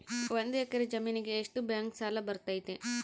ಒಂದು ಎಕರೆ ಜಮೇನಿಗೆ ಎಷ್ಟು ಬ್ಯಾಂಕ್ ಸಾಲ ಬರ್ತೈತೆ?